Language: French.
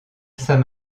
saint